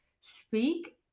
speak